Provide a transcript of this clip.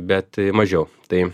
bet mažiau tai